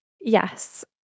yes